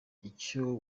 icyo